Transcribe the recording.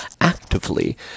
actively